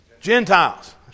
Gentiles